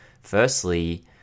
firstly